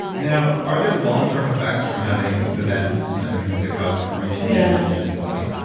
now, are there long-term effects from having the bends? i mean, does it cause permanent damage in the body?